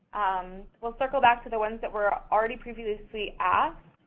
um we'll circle back to the ones that were already previously asked.